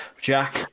Jack